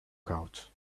couch